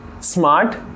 ...smart